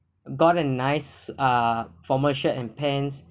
got an nice uh former shirt and pants